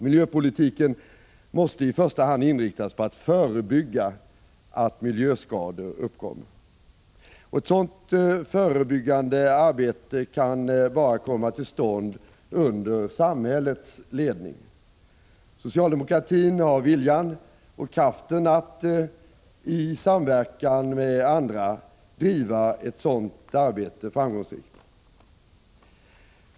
Miljöpolitiken måste i första hand inriktas på att förebygga att miljöskador uppkommer. Ett sådant förebyggande arbete kan bara komma till stånd Prot. 1985/86:125 under samhällets ledning. Socialdemokratin har viljan och kraften att i 23 april 1986 samverkan med andra driva ett sådant arbete framgångsrikt.